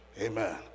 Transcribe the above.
Amen